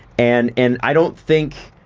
and, and i don't think,